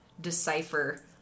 decipher